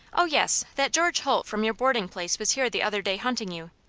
oh, yes, that george holt from your boarding place was here the other day hunting you.